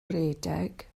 redeg